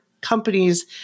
companies